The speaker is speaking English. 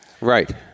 Right